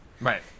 right